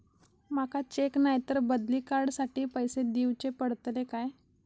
माका चेक नाय तर बदली कार्ड साठी पैसे दीवचे पडतले काय?